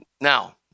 now